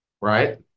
Right